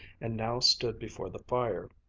and now stood before the fire,